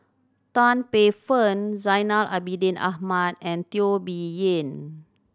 Tan Paey Fern Zainal Abidin Ahmad and Teo Bee Yen